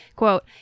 Quote